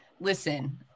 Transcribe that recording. listen